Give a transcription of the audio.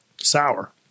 sour